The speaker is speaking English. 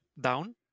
down